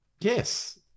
Yes